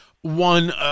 one